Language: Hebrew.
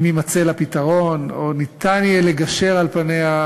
אם יימצא לה פתרון או יהיה אפשר לגשר על פניה,